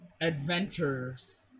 adventures